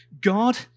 God